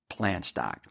PlantStock